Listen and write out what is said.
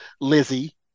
Lizzie